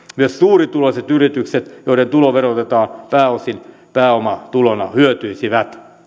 myös suurituloiset yritykset joiden tulo verotetaan pääosin pääomatulona hyötyisivät